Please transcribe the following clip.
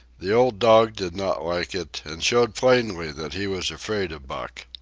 the old dog did not like it, and showed plainly that he was afraid of buck.